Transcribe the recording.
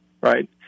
right